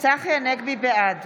בעד